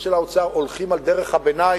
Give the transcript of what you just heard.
של האוצר הולכים על דרך הביניים,